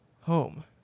Home